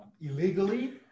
illegally